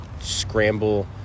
scramble